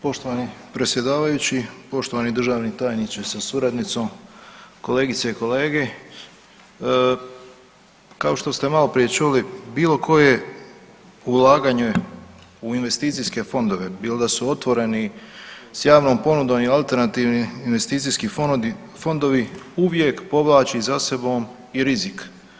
Poštovani predsjedavajući, poštovani državni tajniče sa suradnicom, kolegice i kolege, kao što ste malo prije čuli bilo koje ulaganje u investicijske fondove bilo da su otvoreni s javnom ponudom i alternativni investicijski fondovi uvijek povlači za sobom i rizik.